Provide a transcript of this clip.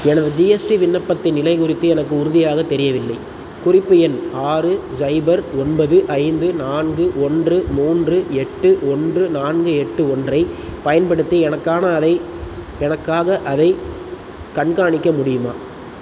எனது ஜிஎஸ்டி விண்ணப்பத்தின் நிலை குறித்து எனக்கு உறுதியாக தெரியவில்லை குறிப்பு எண் ஆறு சைபர் ஒன்பது ஐந்து நான்கு ஒன்று மூன்று எட்டு ஒன்று நான்கு எட்டு ஒன்று ஐப் பயன்படுத்தி எனக்கான அதைக் எனக்காக அதைக் கண்காணிக்க முடியுமா